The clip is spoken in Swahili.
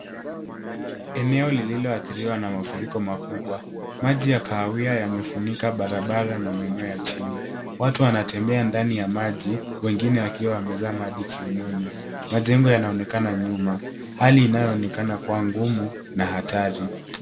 Eneo lililoshambuliwa na mafuriko makubwa. Maji ya mafuriko yamefunika barabara na maeneo ya chini. Watu wako ndani ya maji, wengine wakiwa wametulia kwenye meza za juu. Mandhari ya nyuma yanaonekana, huku hali ikionekana kuwa hatari na ngumu.